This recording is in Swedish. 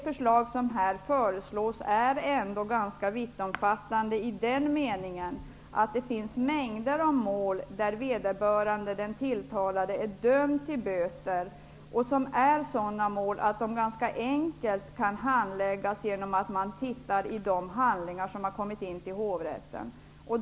Vad som här föreslås är ändå ganska vittomfattande, i den meningen att det finns mängder av mål där den tilltalade är dömd till böter och som är sådana mål att de ganska enkelt kan handläggas genom att man tittar i de handlingar som har kommit in till hovrätten.